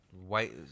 White